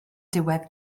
diwedd